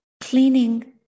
cleaning